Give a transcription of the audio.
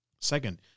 Second